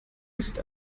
ist